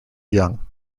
young